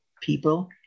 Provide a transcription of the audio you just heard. people